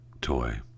toy